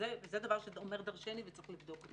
זה דבר שאומר דרשני וצריך לבדוק אותו.